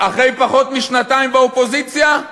אחרי פחות משנתיים באופוזיציה?